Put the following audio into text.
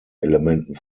elementen